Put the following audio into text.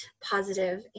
positive